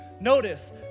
Notice